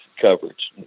coverage